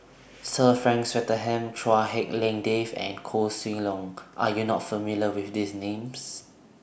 Sir Frank Swettenham Chua Hak Lien Dave and Koh Seng Leong Are YOU not familiar with These Names